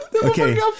Okay